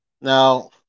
Now